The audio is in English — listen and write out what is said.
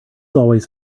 always